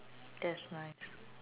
that's right